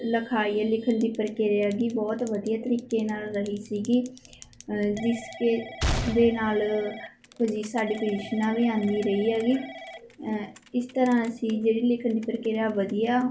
ਲਿਖਾਈ ਹੈ ਲਿਖਣ ਦੀ ਪ੍ਰਕਿਰਿਆ ਹੈਗੀ ਬਹੁਤ ਵਧੀਆ ਤਰੀਕੇ ਨਾਲ ਰਹੀ ਸੀਗੀ ਜਿਸ ਦੇ ਨਾਲ ਪਜੀ ਸਾਡੀ ਪੁਜ਼ੀਸ਼ਨਾਂ ਵੀ ਆਉਂਦੀ ਰਹੀ ਹੈਗੀ ਇਸ ਤਰ੍ਹਾਂ ਅਸੀਂ ਜਿਹੜੀ ਲਿਖਣ ਦੀ ਪ੍ਰਕਿਰਿਆ ਵਧੀਆ